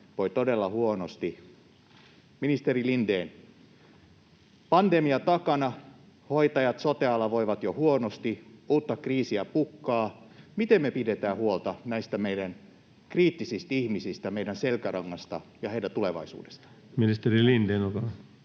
voivat todella huonosti. Ministeri Lindén, pandemia takana, hoitajat ja sote-ala voivat jo huonosti, uutta kriisiä pukkaa — miten me pidetään huolta näistä meidän kriittisistä ihmisistä, meidän selkärangasta, ja heidän tulevaisuudestaan? Ministeri Lindén, olkaa hyvä.